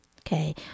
okay